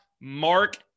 mark